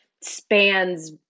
spans